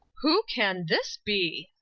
who can this be?